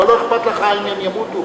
אבל לא אכפת לך אם הם ימותו.